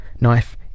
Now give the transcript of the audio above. knife